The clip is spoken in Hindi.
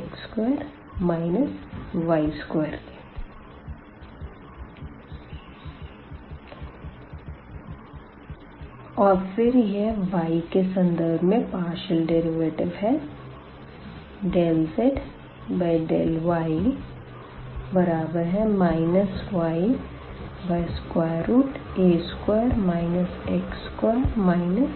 x2 y2 और फिर यह y के संदर्भ पार्शियल डेरिवेटिव है ∂z∂y ya2 x2 y2